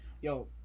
Yo